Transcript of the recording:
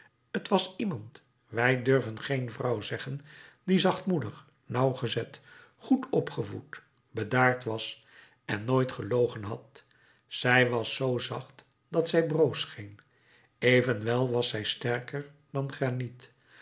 t was iemand wij durven geen vrouw zeggen die zachtmoedig nauwgezet goed opgevoed bedaard was en nooit gelogen had zij was zoo zacht dat zij broos scheen evenwel was zij sterker dan graniet